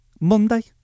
Monday